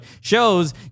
shows